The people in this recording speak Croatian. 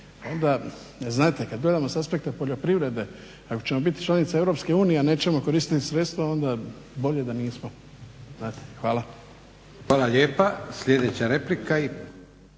Onda znate kada gledamo sa aspekta poljoprivrede ako ćemo biti članica EU a nećemo koristiti sredstva onda bolje da nismo. Hvala. **Leko, Josip (SDP)** Hvala lijepa. Sljedeća replika